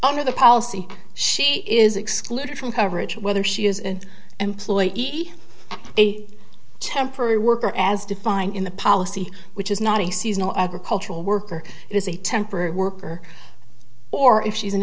under the policy she is excluded from coverage whether she is an employee or a temporary worker as defined in the policy which is not a seasonal agricultural worker is a temporary worker or if she's an